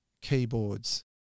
keyboards